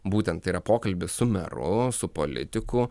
būtent tai yra pokalbis su meru su politiku